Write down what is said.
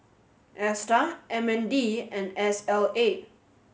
ASTAR M N D and S L A